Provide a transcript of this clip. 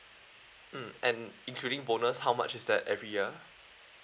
mm and including bonus how much is that every year